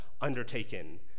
undertaken